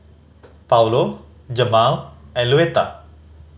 Paulo Jemal and Luetta